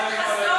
חבר הכנסת חסון,